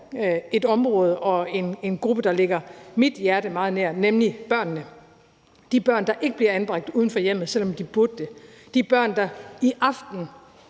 et område og en gruppe, der ligger mit hjerte meget nær, nemlig børnene. Det er de børn, der ikke bliver anbragt uden for hjemmet, selv om de burde det. Det er de børn, der i aften